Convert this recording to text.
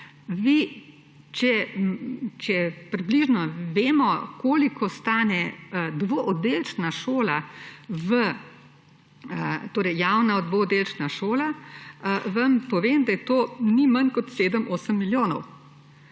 Če približno vemo, koliko stane dvooddelčna šola … torej javna dvoodelčna šola, vam povem, da to ni manj kot 7, 8 milijonov.